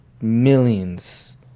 millions